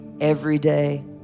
everyday